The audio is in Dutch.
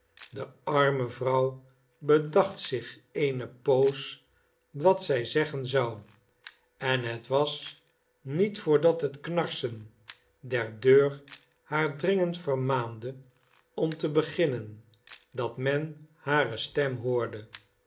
de arme vrouw bedacht zich eene poos wat zij zeggen zou en het was niet voordat het knarsen der deur haar dringend vermaande om te beginnen dat men hare stem hoorde